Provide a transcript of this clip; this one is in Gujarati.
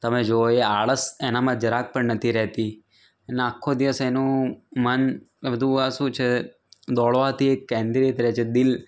તમે જોવો એ આળસ એનામાં જરાક પણ નથી રહેતી અને આખો દિવસ એનું મન બધું આ શું છે દોડવાથી એક કેન્દ્રિત રહે છે દિલ